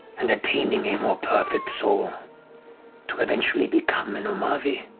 and attaining a more perfect soul to eventually become an umavi.